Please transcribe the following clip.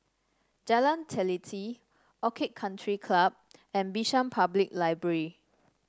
Jalan Teliti Orchid Country Club and Bishan Public Library